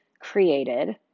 created